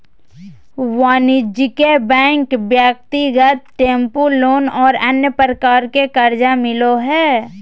वाणिज्यिक बैंक ब्यक्तिगत tempo loan और अन्य प्रकार के कर्जा मिलो हइ